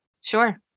Sure